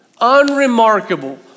unremarkable